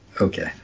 Okay